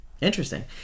interesting